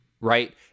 right